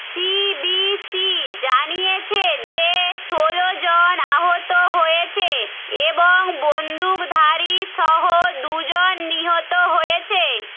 CBC জানিয়েছে যে ষোলো জন আহত হয়েছে এবং বন্দুকধারী সহ দু জন নিহত হয়েছে